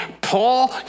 Paul